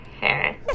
Harris